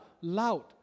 loud